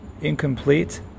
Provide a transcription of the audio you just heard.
incomplete